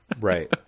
right